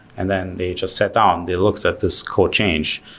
and then they just sat down. they looked at this code change,